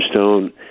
Stone